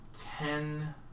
ten